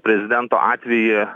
prezidento atvejį